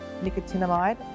nicotinamide